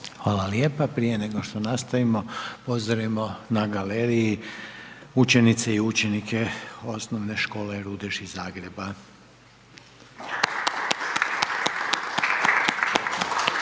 Hvala lijepa, prije nego što nastavimo pozdravimo na galeriji učenice i učenike Osnovne škole Rudeš iz Zagreba.